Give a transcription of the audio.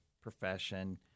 profession